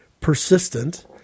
persistent